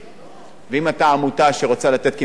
ואם אתה עמותה שרוצה לתת קמחא דפסחא